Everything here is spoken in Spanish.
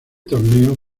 torneo